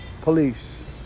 police